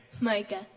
Micah